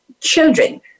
children